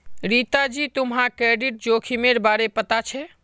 रीता जी, तुम्हाक क्रेडिट जोखिमेर बारे पता छे?